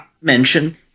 mention